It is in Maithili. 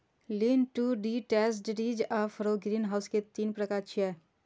लीन टू डिटैच्ड, रिज आ फरो ग्रीनहाउस के तीन प्रकार छियै